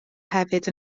hefyd